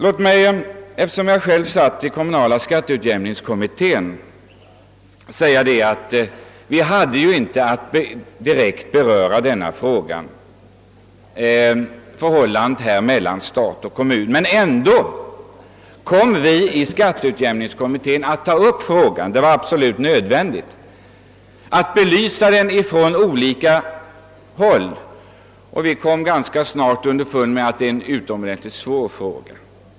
Låt mig, eftersom jag suttit i kommunala skatteutjämningskommittén, erinra om att denna utredning inte hade att direkt beröra frågan om förhållandet mellan stat och kommun. Ändå kom vi att ta upp den; det var absolut nödvändigt att belysa den från olika håll. Vi kom då ganska snart underfund med att detta är ett utomordentligt svårt problem.